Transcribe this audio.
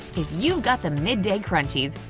if you've got the mid-day crunchies,